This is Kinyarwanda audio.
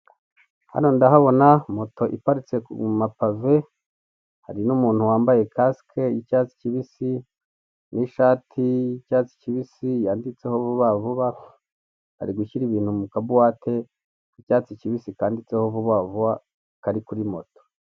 Hano ndahabona moto iparitse mu mapave, hari n'umuntu wambaye kasike y'icyatsi kibisi n'ishati y'icyatsi kibisi yanditseho vuba vuba ari gushyira ibintu mu kabuwate k'icyatsi kibisi kanditseho vuba vuba kari kuri moto.